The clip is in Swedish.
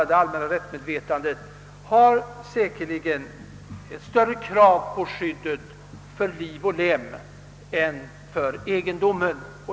Det allmänna rättsmedvetandet har säkerligen större krav på skyddet för liv och lem än för egendom.